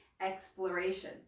exploration